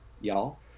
y'all